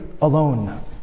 alone